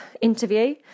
interview